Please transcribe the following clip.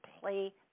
play